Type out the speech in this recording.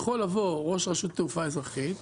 יכול לבוא ראש רשות התעופה האזרחית,